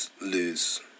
lose